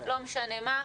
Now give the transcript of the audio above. לא משנה מה,